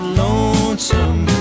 lonesome